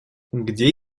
где